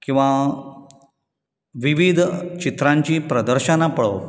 किंवा विवीध चित्रांचीं प्रदर्शनां पळोवप